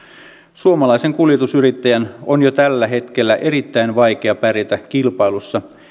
suomalaisen kuljetusyrittäjän on jo tällä hetkellä erittäin vaikea pärjätä kilpailussa